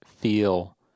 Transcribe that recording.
feel